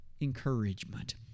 encouragement